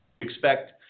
expect